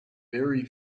very